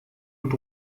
und